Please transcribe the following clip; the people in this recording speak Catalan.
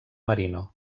marino